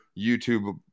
youtube